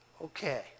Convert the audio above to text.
Okay